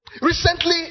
Recently